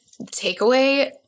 takeaway